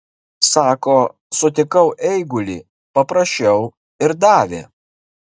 sako sutikau eigulį paprašiau ir davė